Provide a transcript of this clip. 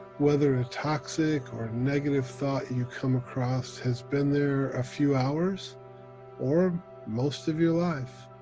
whether a toxic or negative thought you come across has been there a few hours or most of your life,